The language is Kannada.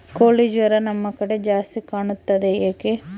ಕೋಳಿ ಜ್ವರ ನಮ್ಮ ಕಡೆ ಜಾಸ್ತಿ ಕಾಣುತ್ತದೆ ಏಕೆ?